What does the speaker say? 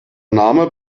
name